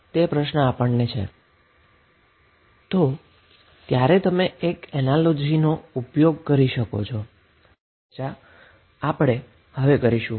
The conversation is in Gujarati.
તો ત્યારે તમે એક એનાલોજી નો ઉપયોગ કરી શકો છો જેની ચર્ચા આપણે હવે કરીશું